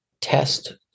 test